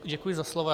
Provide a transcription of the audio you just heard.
Děkuji za slovo.